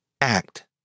Act